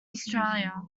australia